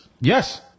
Yes